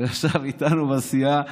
הוא ישב איתנו בסיעה.